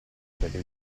perché